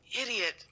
idiot